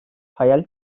hayal